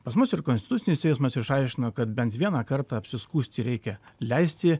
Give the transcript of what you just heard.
pas mus ir konstitucinis teismas išaiškino kad bent vieną kartą apsiskųsti reikia leisti